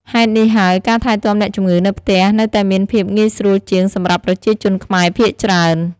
ហេតុនេះហើយ ការថែទាំអ្នកជម្ងឺនៅផ្ទះនៅតែមានភាពងាយស្រួលជាងសម្រាប់ប្រជាជនខ្មែរភាគច្រើន។